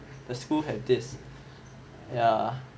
the school had this yeah